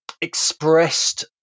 expressed